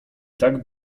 tak